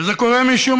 וזה קורה משום,